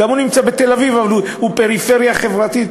היא נמצאת בתל-אביב אבל היא פריפריה חברתית,